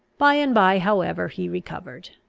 by and by, however, he recovered.